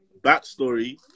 Backstory